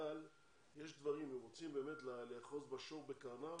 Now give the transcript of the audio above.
אבל יש דברים, אם רוצים באמת לאחוז בשור בקרניו